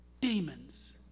demons